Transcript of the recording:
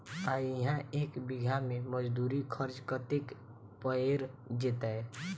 आ इहा एक बीघा मे मजदूरी खर्च कतेक पएर जेतय?